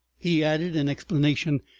he added in explanation,